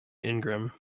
ingram